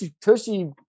tushy